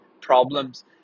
problems